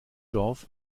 dorf